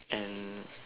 and